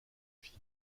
fit